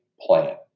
plan